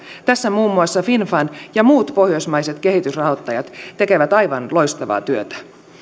tässä muun muassa finnfund ja muut pohjoismaiset kehitysrahoittajat tekevät aivan loistavaa työtä